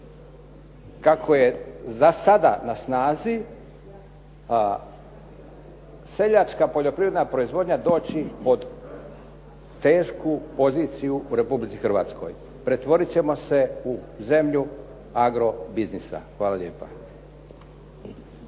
kako je za sada na snazi seljačka poljoprivredna proizvodnja doći pod tešku poziciju u Republici Hrvatskoj. Pretvorit ćemo se u zemlju agrobiznisa. Hvala lijepa.